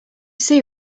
see